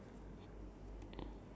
okay I think for me is like